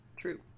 true